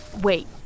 Wait